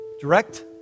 Direct